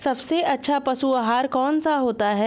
सबसे अच्छा पशु आहार कौन सा होता है?